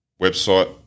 website